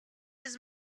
his